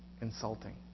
insulting